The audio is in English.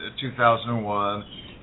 2001